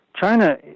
China